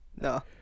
No